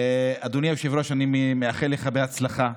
אדוני היושב-ראש, אני מאחל לך הצלחה.